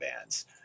bands